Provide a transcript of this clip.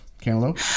cantaloupe